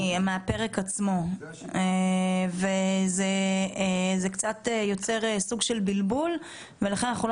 מהפרק עצמו וזה יוצר סוג של בלבול ולכן אנחנו לא